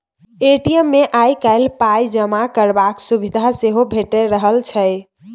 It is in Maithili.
ए.टी.एम मे आइ काल्हि पाइ जमा करबाक सुविधा सेहो भेटि रहल छै